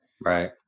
right